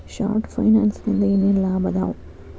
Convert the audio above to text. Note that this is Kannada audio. ಶಾರ್ಟ್ ಫೈನಾನ್ಸಿನಿಂದ ಏನೇನ್ ಲಾಭದಾವಾ